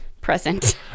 present